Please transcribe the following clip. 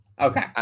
Okay